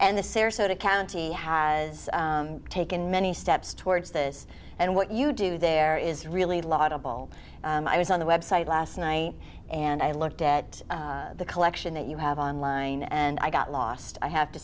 and the sarasota county has taken many steps towards this and what you do there is really laudable i was on the website last night and i looked at the collection that you have online and i got lost i have to